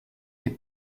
des